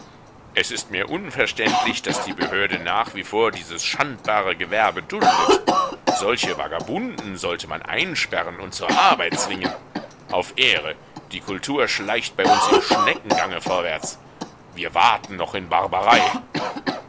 es ist mir unverständlich daß die behörde nach wie vor dieses schandbare gewerbe duldet solche vagabunden sollte man einsperren und zur arbeit zwingen auf ehre die kultur schleicht bei uns im schneckengange vorwärts wir waten noch in barbarei